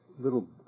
little